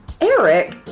Eric